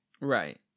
right